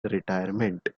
retirement